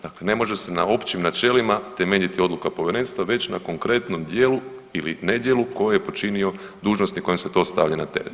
Dakle, ne može se na općim načelima temeljiti odluka Povjerenstva, već na konkretnom djelu ili nedjelu koje je počinio dužnosnik kojem se to stavlja na teret.